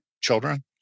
children